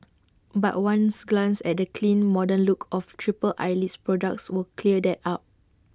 but ones glance at the clean modern look of triple Eyelid's products would clear that up